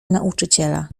nauczyciela